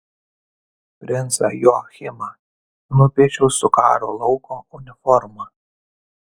princą joachimą nupiešiau su karo lauko uniforma